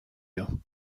you